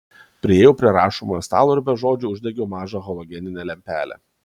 priėjau prie rašomojo stalo ir be žodžių uždegiau mažą halogeninę lempelę